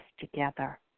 together